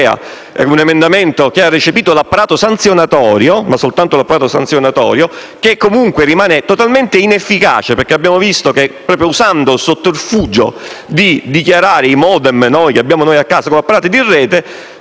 un emendamento che ha recepito l'apparato sanzionatorio, ma soltanto l'apparato sanzionatorio che comunque rimane totalmente inefficace dato che, come abbiamo visto, usando il sotterfugio di dichiarare il *modem* che abbiamo a casa come apparato in rete